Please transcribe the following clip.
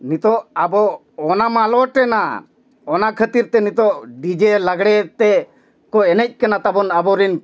ᱱᱤᱛᱳᱜ ᱟᱵᱚ ᱚᱱᱟ ᱢᱟᱞᱚᱴᱮᱱᱟ ᱚᱱᱟ ᱠᱷᱟᱹᱛᱤᱨᱛᱮ ᱱᱤᱛᱳᱜ ᱞᱟᱜᱽᱬᱮ ᱛᱮᱠᱚ ᱮᱱᱮᱡ ᱠᱟᱱᱟ ᱛᱟᱵᱚᱱ ᱟᱵᱚᱨᱮᱱ